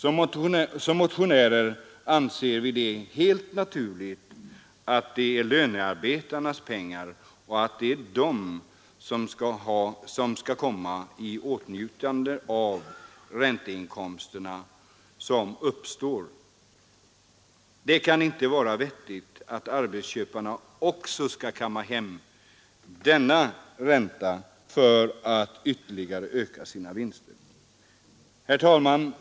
Vi motionärer anser det helt naturligt att det är lönearbetarnas pengar och att det är de som skall komma i åtnjutande av de ränteinkomster som uppstår. Det kan inte vara vettigt att arbetsköparna också skall kamma hem denna ränta för att ytterligare öka sina vinster. Herr talman!